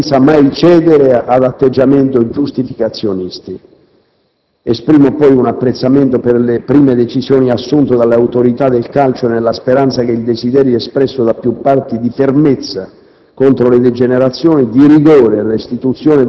cause remote è giusto interrogarsi ma senza mai cedere ad atteggiamenti giustificazionisti. Esprimo poi un apprezzamento per le prime decisioni assunte dalle autorità del calcio, nella speranza che il desiderio espresso da più parti di fermezza